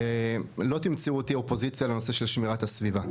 לא תמצאו אותי אופוזיציה בנושא של שמירת הסביבה.